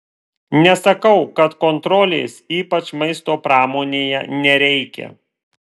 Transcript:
nesakau kad kontrolės ypač maisto pramonėje nereikia